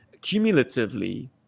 cumulatively